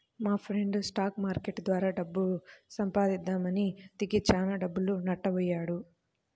మాఫ్రెండు stock market ద్వారా డబ్బు సంపాదిద్దామని దిగి చానా డబ్బులు నట్టబొయ్యాడు